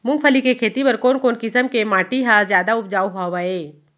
मूंगफली के खेती बर कोन कोन किसम के माटी ह जादा उपजाऊ हवये?